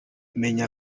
menya